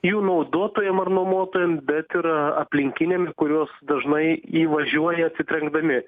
jų naudotojam ar nuomotojam bet ir aplinkiniam į kuriuos dažnai įvažiuoja atsitrenkdami